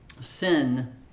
sin